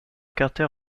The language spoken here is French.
carter